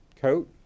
coat